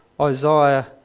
Isaiah